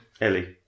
Ellie